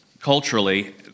culturally